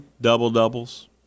double-doubles